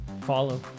Follow